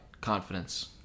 confidence